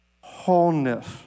wholeness